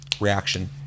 reaction